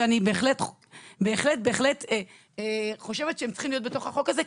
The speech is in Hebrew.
ואני בהחלט חושבת שהם צריכים להיות בחוק הזה,